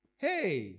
Hey